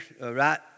right